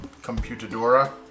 computadora